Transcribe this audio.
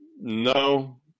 No